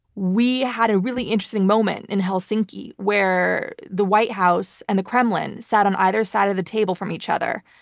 we had a really interesting moment in helsinki where the white house and the kremlin sat on either side of the table from each other,